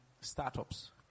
startups